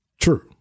True